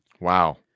Wow